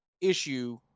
issue